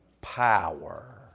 power